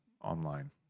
online